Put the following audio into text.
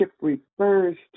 refers